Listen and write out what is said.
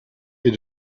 est